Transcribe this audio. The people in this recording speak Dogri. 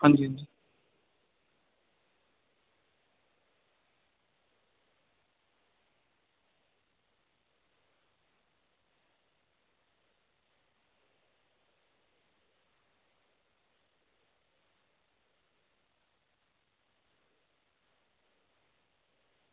हां जी हां जी